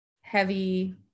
heavy